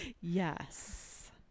yes